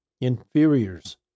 inferiors